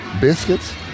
biscuits